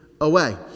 away